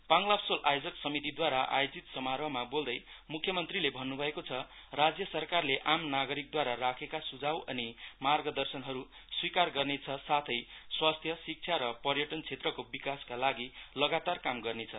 पाङलाबसोल आयोजक समितिद्वारा आयोजित समारोहमा बोल्दै मुख्यमन्त्रीले भन्नभएको छ राज्य सरकारले आम नागरिकद्वारा राखेका सुझाउ अनि मार्गदशनहरु स्विकार गर्नेछ साथै स्वास्थ्यशिक्षा र पयर्टन क्षेत्रको विकासका लागि लगातार काम गर्नेछ